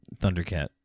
Thundercat